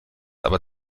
aber